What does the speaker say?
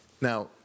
Now